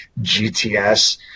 GTS